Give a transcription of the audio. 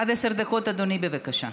עד עשר דקות, אדוני, בבקשה.